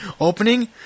opening